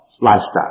Lifestyle